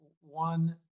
one